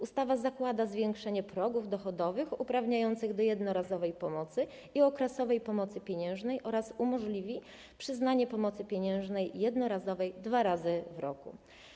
Ustawa zakłada zwiększenie progów dochodowych uprawniających do jednorazowej pomocy i okresowej pomocy pieniężnej oraz umożliwia przyznanie pomocy pieniężnej jednorazowej dwa razy w roku.